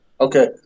Okay